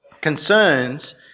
concerns